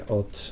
od